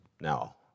Now